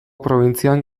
probintzian